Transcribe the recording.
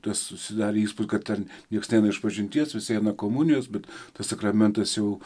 tas susidarė įspūdis kad ten nieks neina išpažinties visi eina komunijos bet tas sakramentas jau